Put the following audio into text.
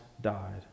died